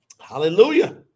hallelujah